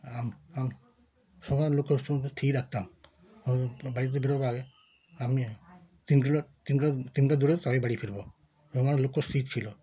আমি আমি সবসময় লক্ষ্য স্থির রাখতাম আমি বাড়ি থেকে বেরোবার আগে আমি তিন কিলো তিন কিলো তিন কিলোমিটার দৌড়ে তার পরে বাড়ি ফিরব এই আমার লক্ষ্য স্থির ছিল